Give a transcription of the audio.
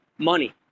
money